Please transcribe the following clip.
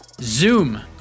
Zoom